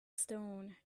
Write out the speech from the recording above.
stone